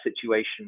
situation